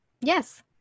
Yes